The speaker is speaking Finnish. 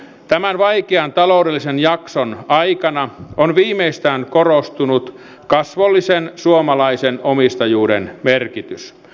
tämän vaikean taloudellisen jakson aikana on viimeistään korostunut kasvollisen suomalaisen omistajuuden merkitys